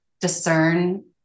discern